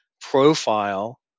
profile